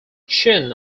chen